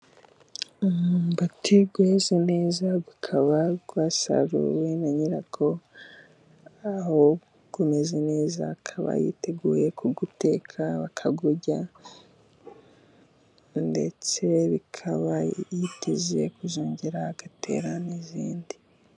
Umwubati weze neza ukaba wasaruwe na nyirawo, aho umeze neza akaba yiteguye kuwuteka bakawurya ndetse bikaba yiteze kuzongera agatera n'indi.